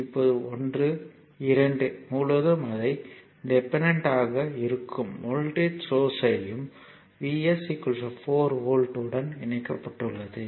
இப்போது 1 2 முழுவதும் அதை டிபெண்டன்ட்யாக இருக்கும் வோல்ட்டேஜ் சோசர்ஸ்யும் V s 4V உடன் இணைக்கப்பட்டுள்ளது